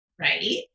right